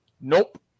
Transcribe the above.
Nope